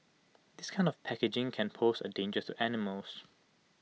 this kind of packaging can pose A danger to animals